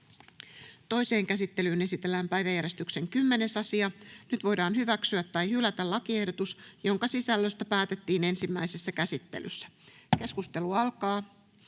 ainoaan käsittelyyn esitellään päiväjärjestyksen 12. asia. Nyt voidaan toisessa käsittelyssä hyväksyä tai hylätä lakiehdotus, jonka sisällöstä päätettiin ensimmäisessä käsittelyssä. Lopuksi